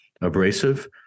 abrasive